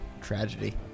tragedy